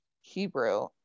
hebrew